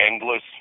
endless